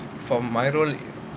for my role